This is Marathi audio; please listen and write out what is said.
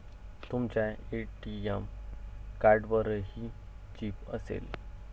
तुमच्या ए.टी.एम कार्डवरही चिप असेल